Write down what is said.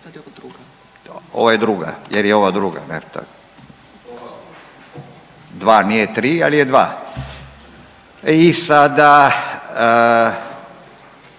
jer je ovo druga ne. …/Upadica se ne razumije/…. Dva, nije tri, al je dva. I sada